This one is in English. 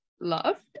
Loved